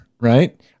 right